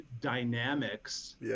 dynamics